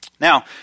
Now